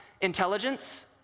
intelligence